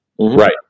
right